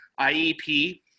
IEP